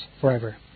forever